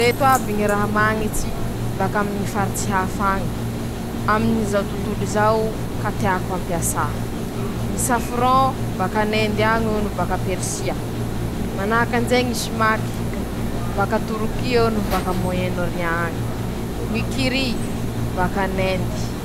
Reto aby moa, ñy olana aminy ñy fiketreha sakafo aminy ñy tany ahita hamandoàñy :ñy loto noho fikorontañany ñy tsirony sakafo ketrehin-teña ;hentitsy avao koa ñy fandevonan-kanin-teña noho ñy fañajaria hany rey, manahaky any ñy zay ñy fiketrehan-teña rekits'arety.